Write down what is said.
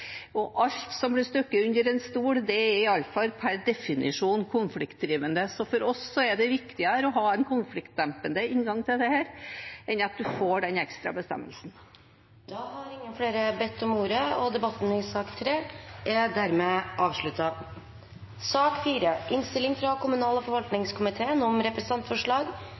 og alt som blir stukket under stol, er iallfall per definisjon konfliktdrivende. Så for oss er det viktigere å ha en konfliktdempende inngang til dette enn at man får den ekstra bestemmelsen. Flere har ikke bedt om ordet til sak nr. 3. Etter ønske fra kommunal- og forvaltningskomiteen vil presidenten ordne debatten